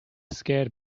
scared